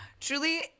truly